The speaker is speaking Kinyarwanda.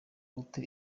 ute